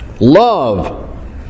Love